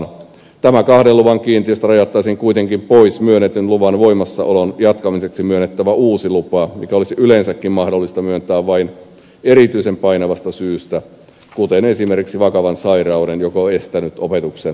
tästä kahden luvan kiintiöstä rajattaisiin kuitenkin pois myönnetyn luvan voimassaolon jatkamiseksi myönnettävä uusi lupa joka olisi yleensäkin mahdollista myöntää vain erityisen painavasta syystä kuten esimerkiksi sellaisen vakavan sairauden vuoksi joka on estänyt opetuksen läpiviemisen